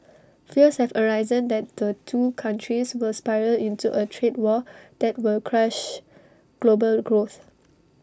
fears have arisen that the two countries will spiral into A trade war that will crush global growth